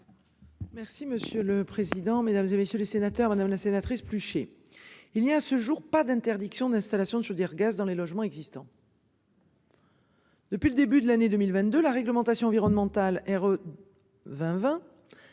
Merci monsieur le président, Mesdames, et messieurs les sénateurs, madame la sénatrice Flucher. Il y a à ce jour pas d'interdiction d'installation de chaudière gaz dans les logements existants. Depuis le début de l'année 2022, la réglementation environnementale R. 20 20.